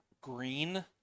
green